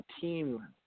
team